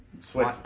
switch